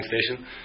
Station